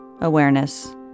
awareness